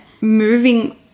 moving